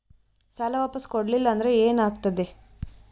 ಸಾಲ ವಾಪಸ್ ಕೊಡಲಿಲ್ಲ ಅಂದ್ರ ಏನ ಆಗ್ತದೆ?